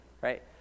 right